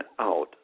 out